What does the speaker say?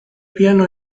piano